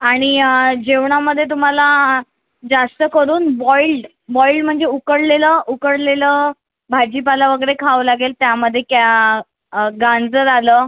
आणि जेवणामधे तुम्हाला जास्त करून बॉईल्ड बॉईल्ड म्हणजे उकडलेलं उकडलेलं भाजीपाला वगैरे खावं लागेल त्यामधे कॅ गाजर आलं